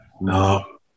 No